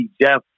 Jeff